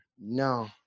No